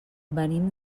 venim